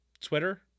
Twitter